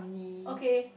okay